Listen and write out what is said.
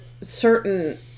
certain